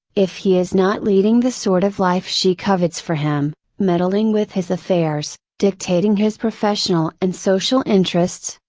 if he is not leading the sort of life she covets for him, meddling with his affairs, dictating his professional and social interests,